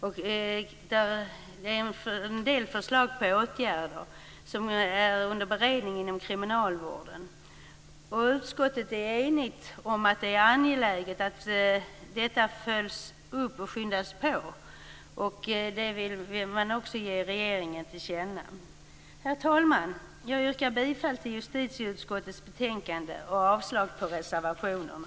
En del förslag till åtgärder är under beredning inom kriminalvården. Utskottet är enigt om att det är angeläget att detta följs upp och skyndas på. Det vill vi också ge regeringen till känna. Herr talman! Jag yrkar bifall till hemställan i justitieutskottets betänkande och avslag på reservationerna.